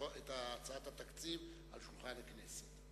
הצעת התקציב על שולחן הכנסת,